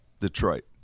Detroit